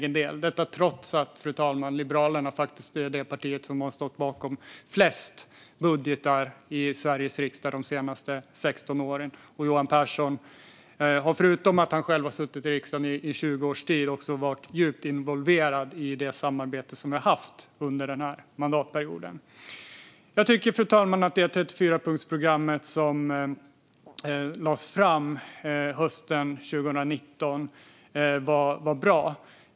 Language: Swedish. Så är det, fru talman, trots att Liberalerna faktiskt är det parti som har stått bakom flest budgetar i Sveriges riksdag de senaste 16 åren. Johan Pehrson har, förutom att han har suttit i riksdagen i 20 års tid, också varit djupt involverad i det samarbete som vi har haft under denna mandatperiod. Fru talman! Jag tycker att det 34-punktsprogram som lades fram hösten 2019 var bra.